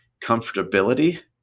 comfortability